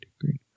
green